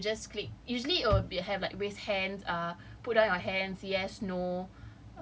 and then you just click usually it will be a like raise hands uh put down your hands yes no